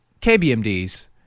KBMDs